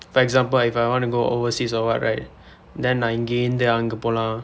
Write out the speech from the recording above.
for example if I want to go overseas or what right then நான் இங்க இருந்து அங்க போலாம்:naan ingka irundthu angka poolaam